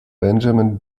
benjamin